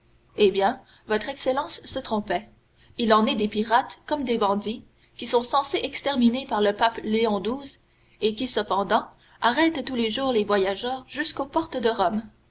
eh bien votre excellence se trompait il en est des pirates comme des bandits qui sont censés exterminés par le pape léon xii et qui cependant arrêtent tous les jours les voyageurs jusqu'aux portes de rome